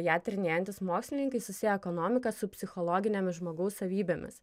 ją tyrinėjantys mokslininkai susieja ekonomiką su psichologinėmis žmogaus savybėmis